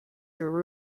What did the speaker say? through